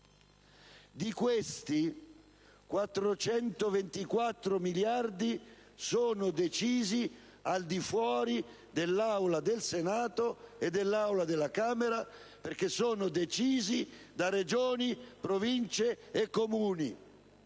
Di questi, 424 miliardi sono decisi al di fuori dell'Aula del Senato e dell'Aula della Camera, perché sono decisi da Regioni, Province e Comuni.